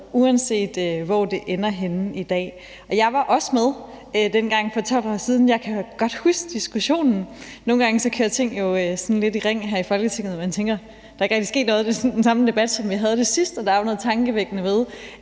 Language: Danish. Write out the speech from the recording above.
uanset hvor det her ender henne i dag. Jeg var også med dengang for 12 år siden, og jeg kan godt huske diskussionen. Nogle gange kører tingene lidt i ring her i Folketinget, og man tænker, at der ikke rigtig er sket noget, for det er den samme debat, som vi havde sidste gang. Der er jo noget tankevækkende ved,